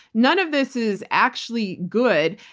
none of this is actually good.